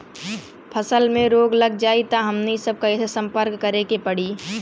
फसल में रोग लग जाई त हमनी सब कैसे संपर्क करें के पड़ी?